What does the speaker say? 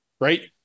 right